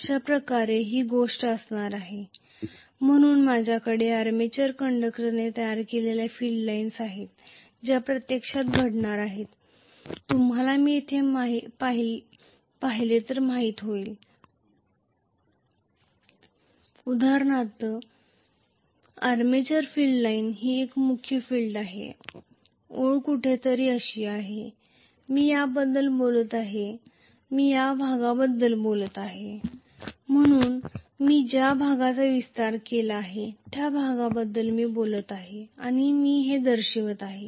अशाप्रकारे ही गोष्ट असणार आहे म्हणून माझ्याकडे आर्मेचर कंडक्टरने तयार केलेल्या फील्ड लाईन्स आहेत ज्या प्रत्यक्षात घडणार आहेत तुम्हाला येथे पाहिले तर माहित होईल उदाहरणार्थ आर्मेचर फील्ड लाइन ही आणि मुख्य फील्ड आहे येथे कुठेतरी अशी आहे मी याबद्दल बोलत आहे मी या भागाबद्दल बोलत आहे म्हणून मी ज्या भागाचा विस्तार केला आहे त्या भागाबद्दल मी बोलत आहे आणि मी हे असे दर्शवित आहे